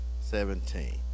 seventeen